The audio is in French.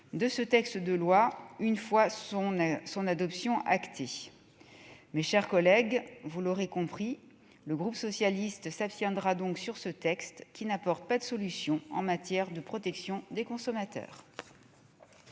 de ce texte de loi une fois son adoption actée. Mes chers collègues, vous l'aurez compris, le groupe socialiste s'abstiendra sur ce texte, qui n'apporte pas de solutions en matière de protection des consommateurs.